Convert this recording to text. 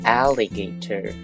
alligator